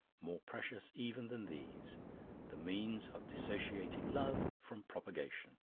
more precious even than these the means of dissociating love from propagation.